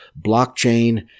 blockchain